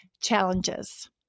challenges